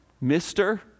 mister